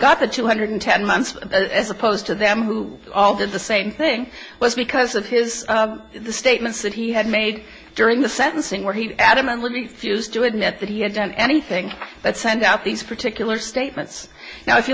got the two hundred ten months as opposed to them who all did the same thing was because of his the statements that he had made during the sentencing where he adamantly refused to admit that he had done anything but send out these particular statements now if you